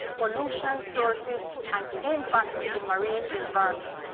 pollution sources and impacts to the marine environment.